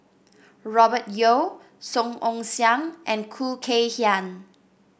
Robert Yeo Song Ong Siang and Khoo Kay Hian